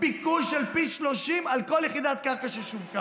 ביקוש של פי 30 על כל יחידת קרקע ששווקה.